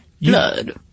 Blood